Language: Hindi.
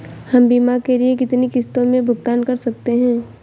हम बीमा के लिए कितनी किश्तों में भुगतान कर सकते हैं?